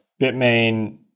Bitmain